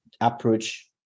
approach